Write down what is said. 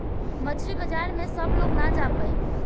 मछरी बाजार में सब लोग ना जा पाई